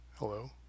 Hello